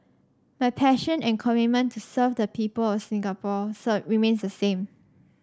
my passion and commitment to serve the people of Singapore remains the same